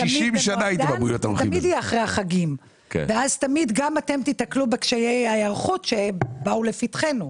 תמיד יהיה אחרי החגים ותמיד ניתקל בקשיי ההיערכות שבאו לפתחנו.